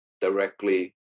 directly